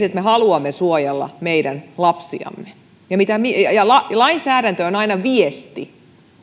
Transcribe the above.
että me haluamme suojella meidän lapsiamme lainsäädäntö on aina viesti